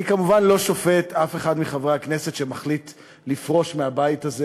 אני כמובן לא שופט אף אחד מחברי הכנסת שמחליט לפרוש מהבית הזה,